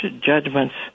judgments